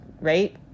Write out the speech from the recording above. right